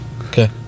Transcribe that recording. Okay